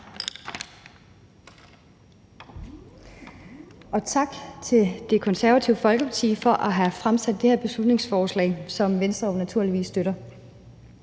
og tak til Det Konservative Folkeparti for at have fremsat det her beslutningsforslag, som Venstre jo naturligvis støtter.